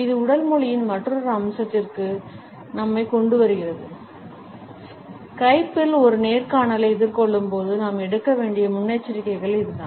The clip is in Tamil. இது உடல் மொழியின் மற்றொரு அம்சத்திற்கு நம்மைக் கொண்டுவருகிறது ஸ்கைப்பில் ஒரு நேர்காணலை எதிர்கொள்ளும்போது நாம் எடுக்க வேண்டிய முன்னெச்சரிக்கைகள் இதுதான்